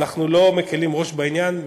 ואנחנו לא מקלים ראש בעניין.